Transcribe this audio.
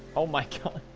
oh my god